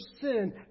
sin